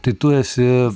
tai tu esi